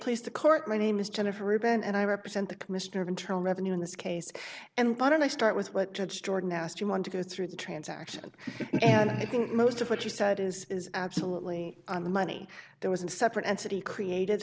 placed the court my name is jennifer rubin and i represent the commissioner of internal revenue in this case and on and i start with what judge jordan asked you want to go through the transaction and i think most of what you said is absolutely on the money there was a separate entity created